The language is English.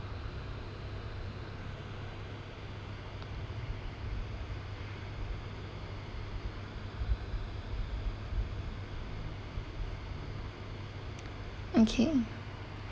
okay